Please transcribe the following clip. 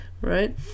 right